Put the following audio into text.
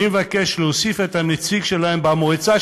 אני מבקש להוסיף את הנציג שלהם למועצה,